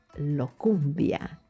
Locumbia